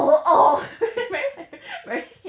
very